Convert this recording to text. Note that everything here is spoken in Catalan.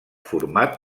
format